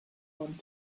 want